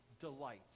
delight